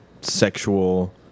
sexual